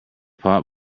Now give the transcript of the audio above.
pot